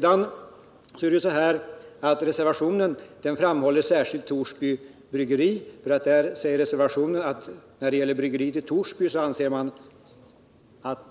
dag har. I reservationen framhålls särskilt Torsbybryggeriet. Det sägs klart ut att man anser att bryggeriet i Torsby skall vara kvar.